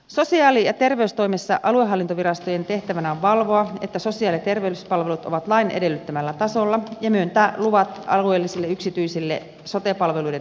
sosiaali ja terveystoimessa aluehallintovirastojen tehtävänä on valvoa että sosiaali ja terveyspalvelut ovat lain edellyttämällä tasolla ja myöntää luvat alueellisille yksityisille sote palveluiden tuottajille